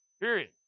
period